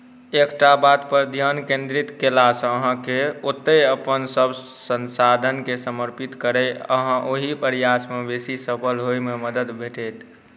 एकटा बात पर ध्यान केंद्रित केला सँ अहाँके ओतय अपन सभ संसाधन के समर्पित करय आ ओहि प्रयासमे बेसी सफल होएमे मदद भेटत